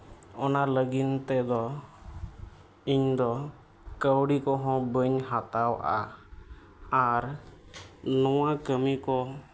ᱚᱱᱟ ᱞᱟᱹᱜᱤᱫ ᱛᱮᱫᱚ ᱤᱧ ᱫᱚ ᱠᱟᱹᱣᱰᱤ ᱠᱚᱦᱚᱸ ᱵᱟᱹᱧ ᱦᱟᱛᱟᱣᱟ ᱟᱨ ᱱᱚᱣᱟ ᱠᱟᱹᱢᱤ ᱠᱚ